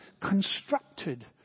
constructed